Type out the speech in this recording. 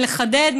אם לחדד,